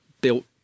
built